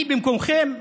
אני במקומכם,